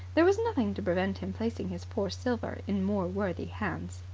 there was nothing to prevent him placing his poor silver in more worthy hands.